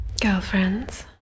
Girlfriends